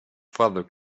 father